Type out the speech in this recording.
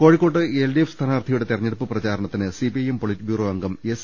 കോഴിക്കോട്ട് എൽഡിഎഫ് സ്ഥാനാർത്ഥിയുടെ തെരഞ്ഞെടുപ്പ് പ്രചാരണത്തിന് സിപിഐഎം പൊളിറ്റ് ബ്യൂറോ അംഗം എസ്